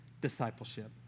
discipleship